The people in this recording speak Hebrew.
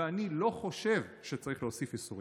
ואני לא חושב שצריך להוסיף איסורים,